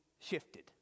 shifted